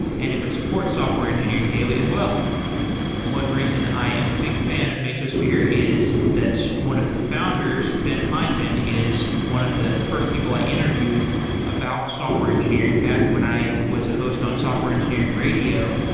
and it would support software engineering daily as well one reason i am a big fan of mesosphere is that one of the founders ben hindman is one of the first people i interviewed about software engineering back when i was a host on software engineering radio.